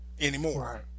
anymore